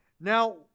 Now